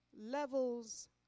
levels